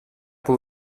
pour